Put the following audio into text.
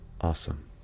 Awesome